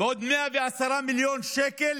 בעוד 110 מיליון שקל